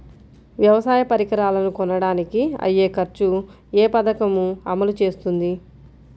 వ్యవసాయ పరికరాలను కొనడానికి అయ్యే ఖర్చు ఏ పదకము అమలు చేస్తుంది?